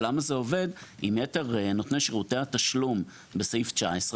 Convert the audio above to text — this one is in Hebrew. ולמה זה עובד עם יתר נותני שירותי התשלום בסעיף 19,